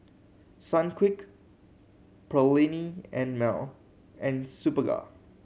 Sunquick Perllini and Mel and Superga